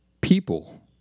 people